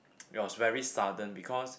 it was very sudden because